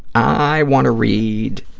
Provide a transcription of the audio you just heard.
i want to read,